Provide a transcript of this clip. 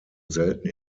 selten